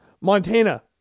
Montana